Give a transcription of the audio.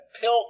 pill